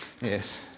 Yes